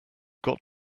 got